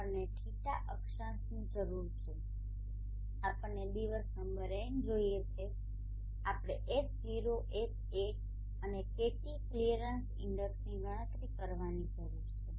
આપણને φ અક્ષાંશની જરૂર છે આપણને દિવસ નંબર N જોઈએ છે આપણે H0 Ha અને KT ક્લિયરન્સ ઇન્ડેક્સની ગણતરી કરવાની જરૂર છે